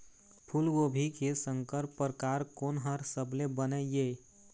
फूलगोभी के संकर परकार कोन हर सबले बने ये?